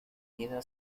queda